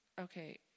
okay